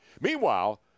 Meanwhile